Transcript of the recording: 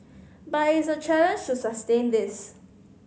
but it's a challenge to sustain this